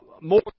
more